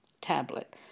tablet